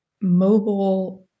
mobile